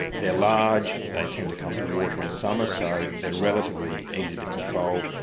they're large, they tend to come to water in summer, so they're relatively easy to control.